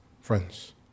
friends